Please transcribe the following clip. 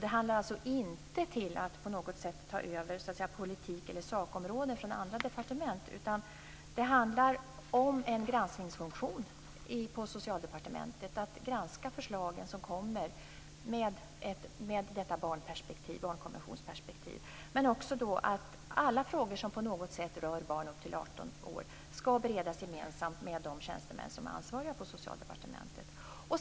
Det handlar inte om att på något sätt ta över politik eller sakområden från andra departement, utan det handlar om en granskningsfunktion på Socialdepartementet. Det innebär att vi skall granska de förslag som kommer utifrån barnkonventionsperspektivet. Alla frågor som på något sätt rör barn upp till 18 år skall beredas gemensamt med de tjänstemän som är ansvariga på Socialdepartementet.